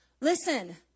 Listen